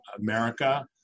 America